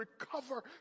recover